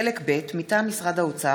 חלק ב' מטעם משרד האוצר,